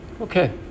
okay